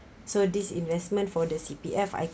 so this investment for the C_P_F I